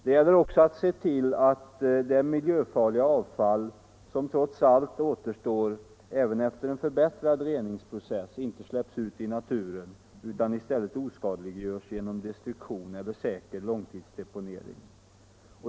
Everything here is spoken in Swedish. Det gäller också att se till att det miljöfarliga avfall som trots allt återstår även efter en förbättrad reningsprocess inte släpps ut i naturen, utan i stället oskadliggörs genom destruktion eller s.k. långtidsdeponering.